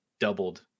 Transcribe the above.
doubled